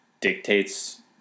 dictates